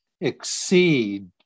exceed